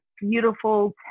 beautiful